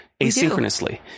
asynchronously